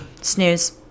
Snooze